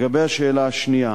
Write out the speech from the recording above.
לגבי השאלה השנייה.